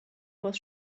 was